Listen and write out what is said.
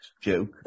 joke